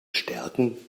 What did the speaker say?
stärken